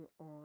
on